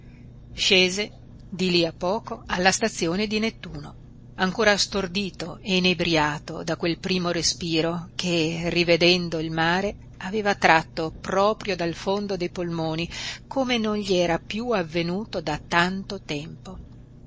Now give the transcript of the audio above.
scese di lì a poco alla stazione di nettuno ancora stordito e inebriato da quel primo respiro che rivedendo il mare aveva tratto proprio dal fondo dei polmoni come non gli era più avvenuto da tanto tempo